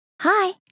Hi